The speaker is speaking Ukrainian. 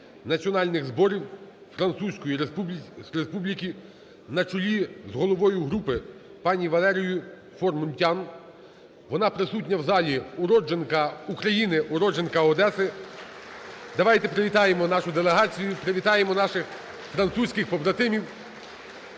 Національних Зборів Французької Республіки на чолі з головою групи пані Валерією Фор-Мунтян. Вона присутня в залі, уродженка України, уродженка Одеси. Давайте привітаємо нашу делегацію, привітаємо наших французьких побратимів.